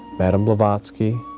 but mme. blavatsky,